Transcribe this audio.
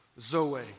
Zoe